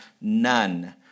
none